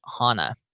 HANA